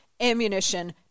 ammunition